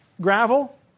gravel